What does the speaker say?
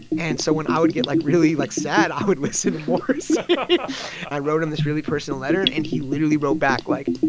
and so when i would get like really like sad, i would listen to morrissey you know i wrote him this really personal letter, and and he literally wrote back, like,